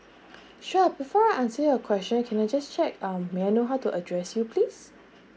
sure before I answer your question can I just check um may I know how to address you please